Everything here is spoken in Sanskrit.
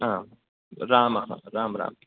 आम् रामः राम् राम्